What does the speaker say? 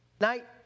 Night